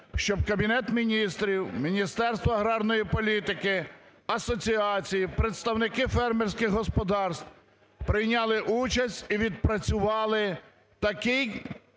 щоб Кабінет Міністрів, Міністерство аграрної політики, асоціації, представники фермерських господарств прийняли участь і відпрацювали такий